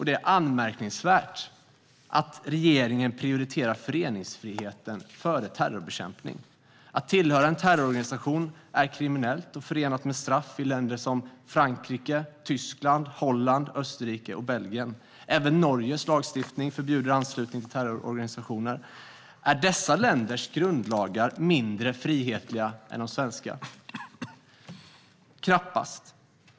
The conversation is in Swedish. Det är anmärkningsvärt att regeringen prioriterar föreningsfriheten före terrorbekämpning. Att tillhöra en terrororganisation är kriminellt och förenat med straff i länder som Frankrike, Tyskland, Holland, Österrike och Belgien. Även Norges lagstiftning förbjuder anslutning till terrororganisationer. Är dessa länders grundlagar mindre frihetliga än de svenska? Knappast.